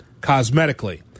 cosmetically